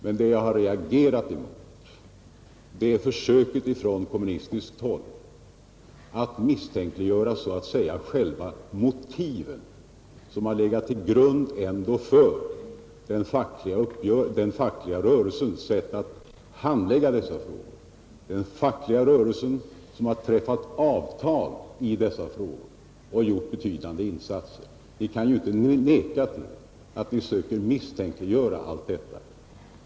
Men vad jag har reagerat mot är försöket från kommunistiskt håll att misstänkliggöra de motiv som legat till grund för den fackliga rörelsens sätt att handlägga dessa frågor — den fackliga rörelsen som har träffat avtal i dessa frågor och gjort betydande insatser. Ni kan inte neka till att ni försöker misstänkliggöra allt detta.